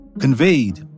conveyed